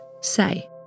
say